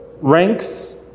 ranks